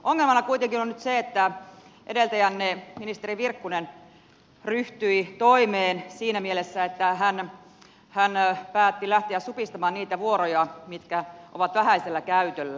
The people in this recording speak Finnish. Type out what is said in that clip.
ongelmana kuitenkin on nyt se että edeltäjänne ministeri virkkunen ryhtyi toimeen siinä mielessä että hän päätti lähteä supistamaan niitä vuoroja mitkä ovat vähäisellä käytöllä